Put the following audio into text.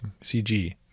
CG